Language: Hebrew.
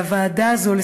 הוועדה הזאת,